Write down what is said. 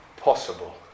possible